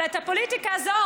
אבל הפוליטיקה הזאת,